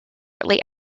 shortly